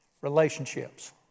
Relationships